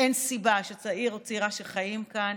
אין סיבה שצעיר או צעירה שחיים כאן